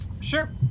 Sure